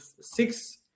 six